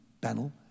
panel